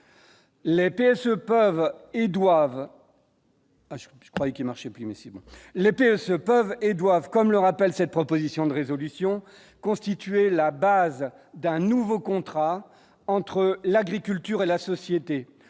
le PSE peuvent et doivent, comme le rappelle cette proposition de résolution constituer la base d'un nouveau contrat entre l'agriculture et la société